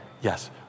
yes